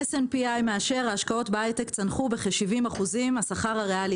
"SNPI מאשר: ההשקעות בהייטק צנחו בכ-70%"; "השכר הריאלי